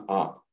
up